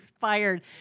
fired